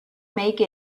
make